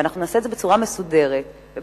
ואנחנו נעשה את זה בצורה מסודרת ויפה.